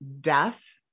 death